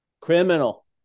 Criminal